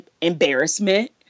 embarrassment